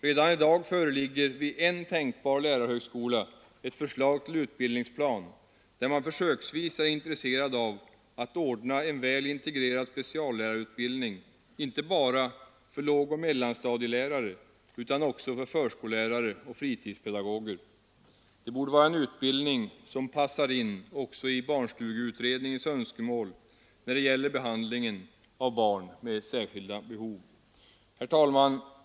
Redan i dag föreligger vid en tänkbar lärarhögskola ett förslag till utbildningsplan där man är intresserad av att försöksvis ordna en väl integrerad speciallärarutbildning inte bara för lågoch mellanstadielärare utan också för förskollärare och fritidspedagoger. Det borde vara en utbildning som passar in också i barnstugeutredningens önskemål när det gäller behandlingen av barn med särskilda behov. Herr talman!